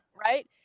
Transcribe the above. right